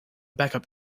backup